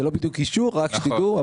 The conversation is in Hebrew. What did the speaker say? זה לא בדיוק אישור רק שתדעו,